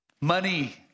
money